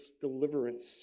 deliverance